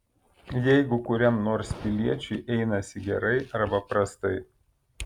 jeigu kuriam nors piliečiui einasi gerai arba prastai